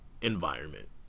Environment